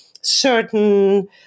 certain